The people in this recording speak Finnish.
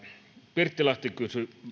pirttilahti kysyi